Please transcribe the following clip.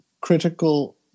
critical